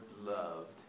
loved